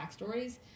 backstories